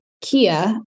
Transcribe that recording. Kia